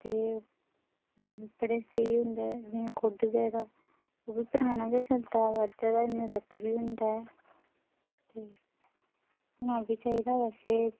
ते अपने स्हेई होंदा ऐ में कुड्ड ऐ जेह्ड़ा ओह् पराना गै चलदा आवा दा अजें तक्कर बी होंदा ऐ ते होना बी चाहिदा बैसे